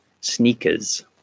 sneakers